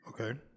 Okay